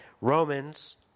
Romans